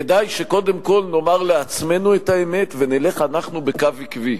כדאי שקודם כול נאמר לעצמנו את האמת ונלך אנחנו בקו עקבי.